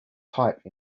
type